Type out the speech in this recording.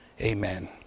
amen